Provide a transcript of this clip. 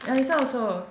ya this one also